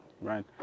right